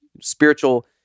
spiritual